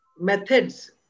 methods